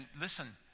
listen